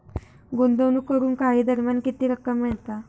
गुंतवणूक करून काही दरम्यान किती रक्कम मिळता?